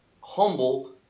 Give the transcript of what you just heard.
humble